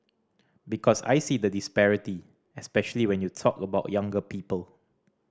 because I see the disparity especially when you talk about younger people